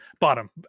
bottom